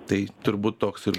tai turbūt toks ir